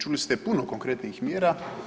Čuli ste puno konkretnih mjera.